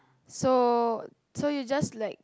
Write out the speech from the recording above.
so so you just like